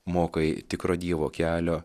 mokai tikro dievo kelio